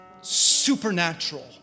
supernatural